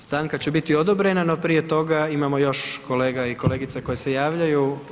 Stanka će biti odobrena, no prije toga imamo još kolega i kolegica koje se javljaju.